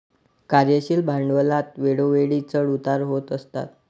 कार्यशील भांडवलात वेळोवेळी चढ उतार होत असतात